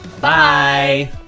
Bye